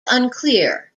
unclear